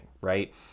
right